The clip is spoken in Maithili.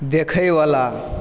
देखयवला